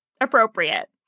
appropriate